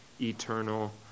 eternal